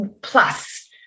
Plus